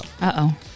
Uh-oh